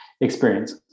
experience